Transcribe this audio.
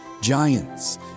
giants